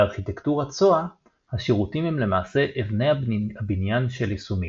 בארכיטקטורת SOA השירותים הם למעשה אבני הבניין של יישומים.